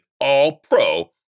All-Pro